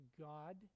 God